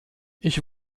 ich